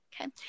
Okay